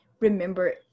remember